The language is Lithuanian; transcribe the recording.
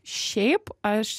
šiaip aš